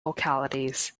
localities